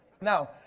Now